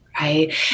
right